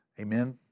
Amen